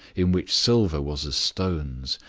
in which silver was as stones,